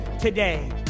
today